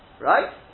right